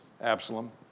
Absalom